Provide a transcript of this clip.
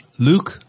Luke